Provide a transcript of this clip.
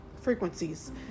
frequencies